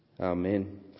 Amen